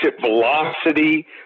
velocity